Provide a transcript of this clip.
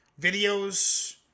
videos